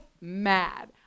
mad